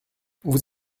vous